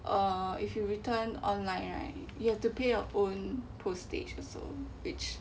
uh if you return online right you have to pay your own postage also which